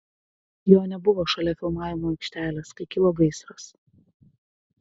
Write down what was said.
jo nebuvo šalia filmavimo aikštelės kai kilo gaisras